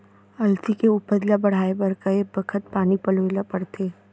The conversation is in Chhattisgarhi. अलसी के उपज ला बढ़ए बर कय बखत पानी पलोय ल पड़थे?